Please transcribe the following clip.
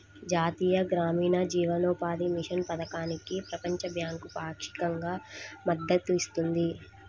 జాతీయ గ్రామీణ జీవనోపాధి మిషన్ పథకానికి ప్రపంచ బ్యాంకు పాక్షికంగా మద్దతు ఇస్తుంది